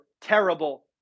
terrible